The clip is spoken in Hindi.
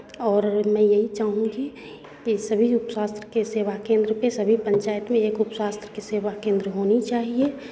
और मैं यही चाहूँगी कि सभी उपस्वास्थ्य केंद्र के सेवा केंद्र पे सभी पंचायत में एक उपस्वास्थ्य के सेवा केंद्र होनी चाहिए